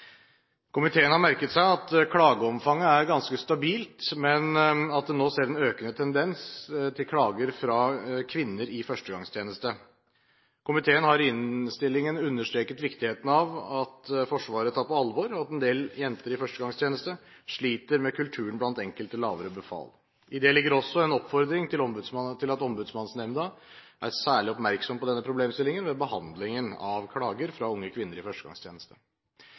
Komiteen har merket seg at klageomfanget er ganske stabilt, men at en nå ser en økende tendens til klager fra kvinner i førstegangstjeneste. Komiteen har i innstillingen understreket viktigheten av at Forsvaret tar på alvor at en del jenter i førstegangstjeneste sliter med kulturen blant enkelte lavere befal. I det ligger også en oppfordring til at Ombudsmannsnemnda er særlig oppmerksom på denne problemstillingen ved behandlingen av klager fra unge kvinner i førstegangstjeneste.